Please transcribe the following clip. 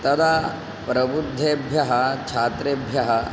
तदा प्रबुद्धेभ्यः छात्रेभ्यः